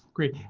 great.